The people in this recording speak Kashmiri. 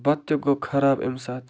بَتہِ گوٚو خراب اَمہِ ساتن